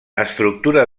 estructura